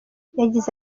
yagize